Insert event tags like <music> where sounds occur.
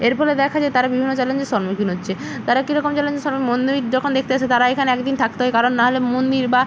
এর ফলে দেখা যায় তারা বিভিন্ন চ্যালেঞ্জের সম্মুখীন হচ্ছে তারা কীরকম চ্যালেঞ্জের <unintelligible> মন্দির যখন দেখতে আসে তারা এইখানে একদিন থাকতে হয় কারণ না হলে মন্দির বা